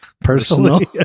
personally